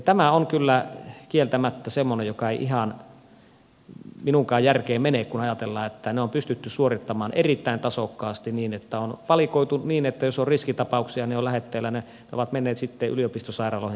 tämä on kyllä kieltämättä semmoinen joka ei ihan minunkaan järkeeni mene kun ajatellaan että ne on pystytty suorittamaan erittäin tasokkaasti niin että on valikoitu niin että jos on riskitapauksia niin lähetteellä ne ovat menneet sitten yliopistosairaaloihin synnyttämään